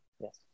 Yes